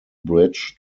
bridge